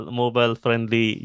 mobile-friendly